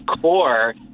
core